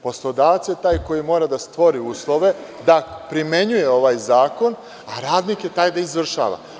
Poslodavac je taj koji mora da stvori uslove da primenjuje ovaj zakon, a radnik je taj da izvršava.